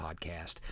podcast